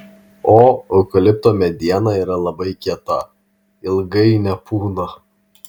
o eukalipto mediena yra labai kieta ilgai nepūna